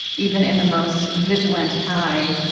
even in the most vigilant eye,